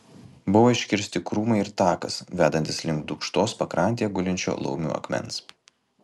buvo iškirsti krūmai ir takas vedantis link dūkštos pakrantėje gulinčio laumių akmens